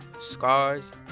scars